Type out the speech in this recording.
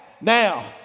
now